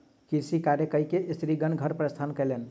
कृषि कार्य कय के स्त्रीगण घर प्रस्थान कयलैन